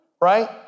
right